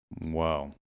Wow